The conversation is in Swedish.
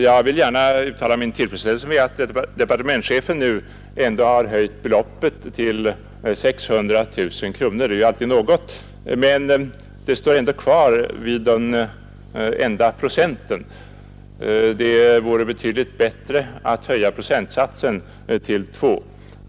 Jag vill gärna uttala min tillfredsställelse med att departementschefen nu ändå föreslagit att beloppet höjs till 600 000 kronor — det är ju alltid något. Men fortfarande är procentsatsen 1 procent.